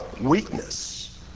weakness